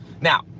Now